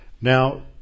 Now